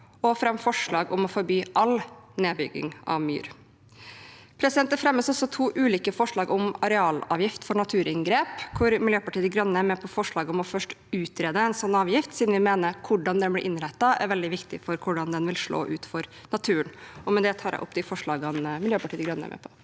forslag om å forby all nedbygging av myr. Det fremmes også to ulike forslag om arealavgift for naturinngrep, hvor Miljøpartiet De Grønne er med på forslaget om først å utrede en sånn avgift, siden vi mener måten den blir innrettet på, er veldig viktig for hvordan den vil slå ut for naturen. Med det tar jeg opp de forslagene Miljøpartiet De Grønne er med på.